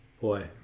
Boy